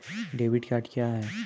Debit card क्या हैं?